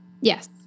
Yes